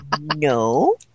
no